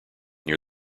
near